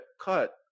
cut